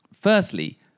Firstly